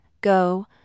go